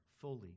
fully